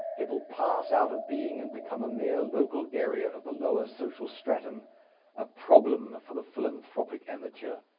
it will pass out of being and become a mere local area of the lower social stratum a problem for the philanthropic amateur.